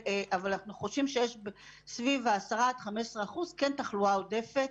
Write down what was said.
אבל אנחנו חושב שיש סביב 10% עד 15% כן תחלואה עודפת